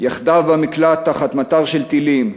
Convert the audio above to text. יחדיו במקלט תחת מטר של טילים.